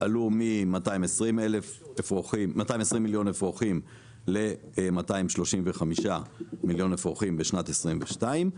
עלו מ-220 מיליון אפרוחים ל-235 מיליון אפרוחים בשנת 2022,